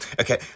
okay